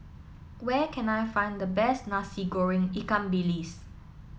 where can I find the best Nasi Goreng Ikan Bilis